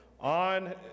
on